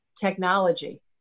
technology